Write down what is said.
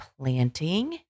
planting